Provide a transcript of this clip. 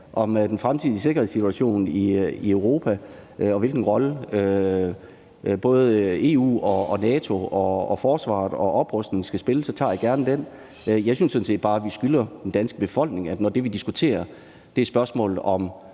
om den fremtidige sikkerhedssituation i Europa, og hvilken rolle både EU og NATO og forsvaret og oprustningen skal spille, så tager jeg gerne den. Jeg synes sådan set bare, at vi skylder den danske befolkning, at når det, vi diskuterer, er spørgsmålet om,